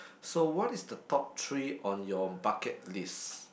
so what is the top three on your bucket list